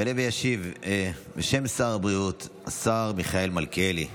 יעלה וישיב בשם שר הבריאות השר מיכאל מלכיאלי.